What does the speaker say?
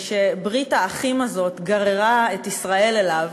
ושברית האחים הזאת גררה את ישראל אליו,